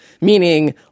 meaning